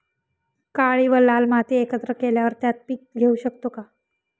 काळी व लाल माती एकत्र केल्यावर त्यात पीक घेऊ शकतो का?